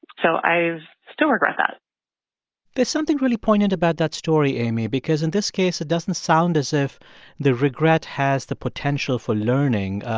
so i still regret that there's something really poignant about that story, amy, because, in this case, it doesn't sound as if the regret has the potential for learning.